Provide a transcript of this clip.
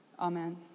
Amen